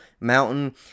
mountain